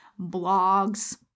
blogs